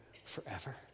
forever